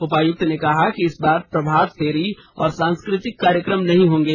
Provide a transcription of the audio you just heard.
उपायुक्त ने कहा कि इस बार प्रभात फेरी और सांस्कृतिक कार्यक्रम नहीं होंगे